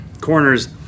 corners